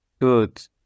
good